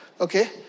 okay